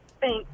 Thanks